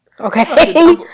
Okay